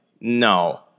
no